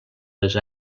les